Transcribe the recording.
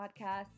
podcast